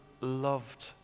loved